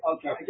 Okay